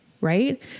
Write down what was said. right